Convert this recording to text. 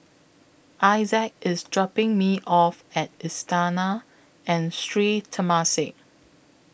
Isaac IS dropping Me off At Istana and Sri Temasek